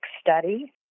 study